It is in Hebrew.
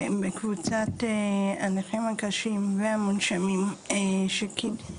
בקבוצת הנכים הקשים והמונשמים בישראל,